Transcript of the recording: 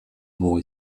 boy